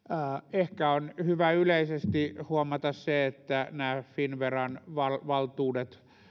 ehkä on hyvä yleisesti huomata se että nämä finnveran valtuudet